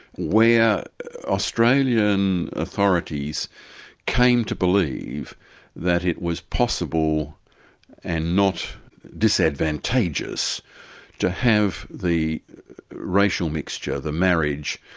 where australian authorities came to believe that it was possible and not disadvantageous to have the racial mixture, the marriage,